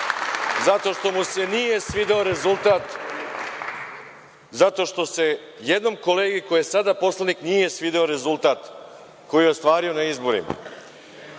zato što mu se nije svideo rezultat, zato što se jednom kolegi koji je sada poslanik nije svideo rezultat koji je ostvario na izborima. Neko